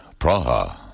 Praha